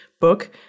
book